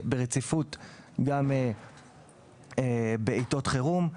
ברציפות גם בעתות חירום,